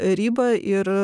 ribą ir